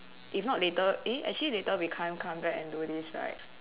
if not later eh actually later we can't come back and do this right